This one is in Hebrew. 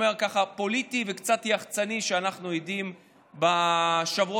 הפוליטי וקצת יחצ"ני שאנחנו עדים לו בשבועות